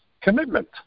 commitment